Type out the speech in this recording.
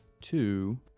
two